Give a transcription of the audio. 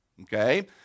okay